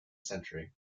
century